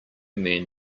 men